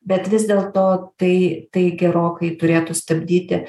bet vis dėlto tai tai gerokai turėtų stabdyti